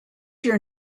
your